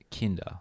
kinder